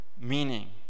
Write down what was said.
meaning